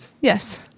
Yes